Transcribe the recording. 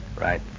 Right